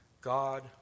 God